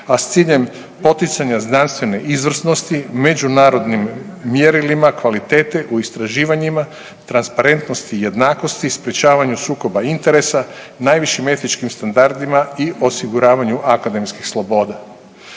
a s ciljem poticanja znanstvene izvrsnosti, međunarodnim mjerilima kvalitete u istraživanjima, transparentnosti i jednakosti, sprječavanju sukoba interesa, najvišim etičkim standardima i osiguravanju akademskih sloboda.